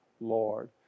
Lord